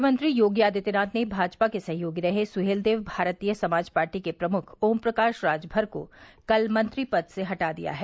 मुख्यमंत्री योगी आदित्यनाथ ने भाजपा के सहयोगी रहे सुहेलदेव भारतीय समाज पार्टी के प्रमुख ओम प्रकाश राजभर को कल मंत्री पद से हटा दिया है